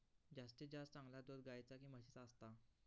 सर्वात जास्ती चांगला दूध गाईचा की म्हशीचा असता?